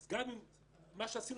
גם אם מה שעשינו,